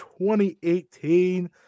2018